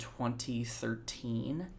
2013